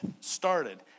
started